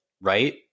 right